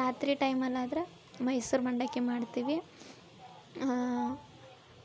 ರಾತ್ರಿ ಟೈಮಲ್ಲಿ ಆದರ ಮೈಸೂರು ಮಂಡಕ್ಕಿ ಮಾಡ್ತೀವಿ